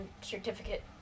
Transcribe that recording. certificate